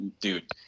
dude